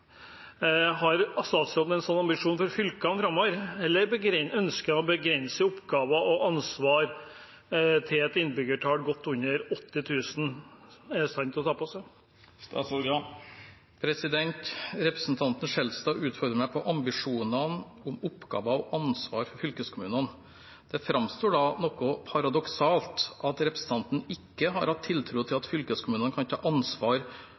har for fylkene fremover, begrenser seg til oppgaver og ansvar som et innbyggerantall på godt under 80 000 er i stand til å ta på seg?» Representanten Skjelstad utfordrer meg på ambisjonene om oppgaver og ansvar for fylkeskommunene. Det framstår da noe paradoksalt at representanten ikke har hatt tiltro til at fylkeskommunene kan ta ansvar